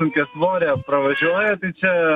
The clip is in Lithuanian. sunkiasvorė pravažiuoja tai čia